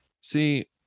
See